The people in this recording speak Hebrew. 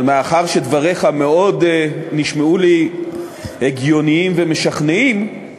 אבל מאחר שדבריך נשמעו לי מאוד הגיוניים ומשכנעים,